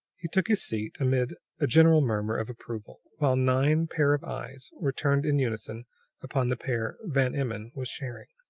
he took his seat amid a general murmur of approval, while nine pair of eyes were turned in unison upon the pair van emmon was sharing.